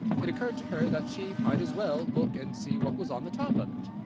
it occurred to her that she might as well look and see what was on the top of it.